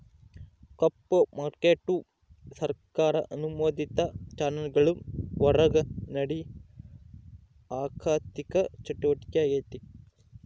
ಕಪ್ಪು market ಸರ್ಕಾರ ಅನುಮೋದಿತ ಚಾನೆಲ್ಗುಳ್ ಹೊರುಗ ನಡೇ ಆಋಥಿಕ ಚಟುವಟಿಕೆ ಆಗೆತೆ